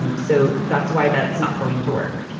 and so that's why that's not going to work.